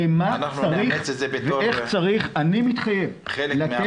למה שצריך ואיך צריך --- נאמץ את זה כחלק מהמסקנות.